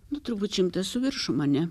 nu turbūt šimtą su viršum a ne